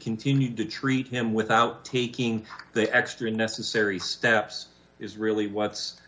continued to treat him without taking the extra necessary steps is really what's